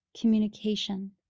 communication